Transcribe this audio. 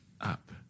Up